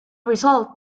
result